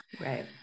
Right